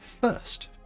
first